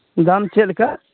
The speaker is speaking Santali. ᱫᱟᱢ ᱪᱮᱫ ᱞᱮᱠᱟ